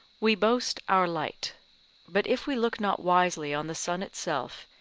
we boast our light but if we look not wisely on the sun itself,